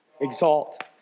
Exalt